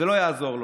זה לא יעזור לו.